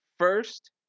First